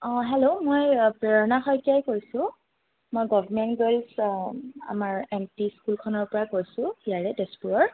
অঁ হেল্ল' মই প্ৰেৰণা শইকীয়াই কৈছোঁ মই গভ্মেণ্ট গাৰ্লছ আমাৰ এল পি স্কুলখনৰ পৰা কৈছোঁ ইয়াৰে তেজপুৰৰ